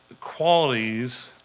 qualities